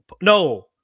no